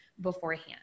beforehand